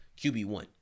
QB1